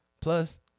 Plus